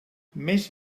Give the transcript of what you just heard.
més